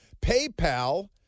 PayPal